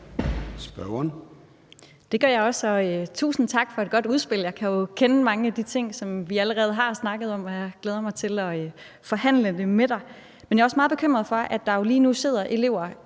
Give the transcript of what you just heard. Rod (RV): Det gør jeg også, så tusind tak for et godt udspil. Jeg kan jo kende mange af de ting, som vi allerede har snakket om. Jeg glæder mig til at forhandle det med dig. Men jeg er også meget bekymret for, at der lige nu sidder elever